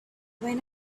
when